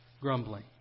grumbling